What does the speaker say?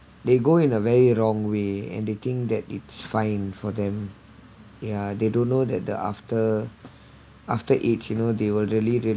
they go in a very wrong way and they think that it's fine for them ya they don't know that the after after age you know they will really really